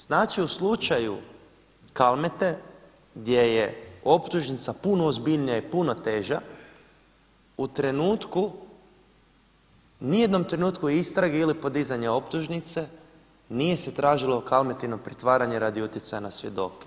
Znači u slučaju Kalmete gdje je optužnica puno ozbiljnija i puno teža, u trenutku ni jednom trenutku istrage ili podizanja optužnice nije se tražilo Kalmetino pritvaranje radi utjecaja na svjedoke.